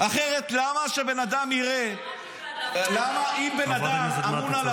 אחרת למה שבן אדם יראה ------ חברת הכנסת מטי צרפתי הרכבי.